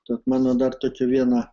tad mano dar tik viena